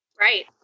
Right